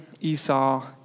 Esau